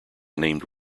named